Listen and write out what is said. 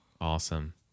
Awesome